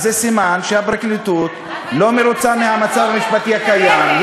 זה סימן שהפרקליטות לא מרוצה מהמצב המשפטי הקיים.